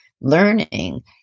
learning